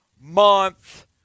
month